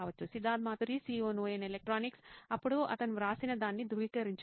Siddharth Maturi CEO నోయిన్ electronics అప్పుడు అతను వ్రాసిన దాన్ని ధృవీకరించవచ్చు